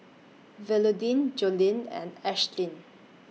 Willodean Joellen and Ashtyn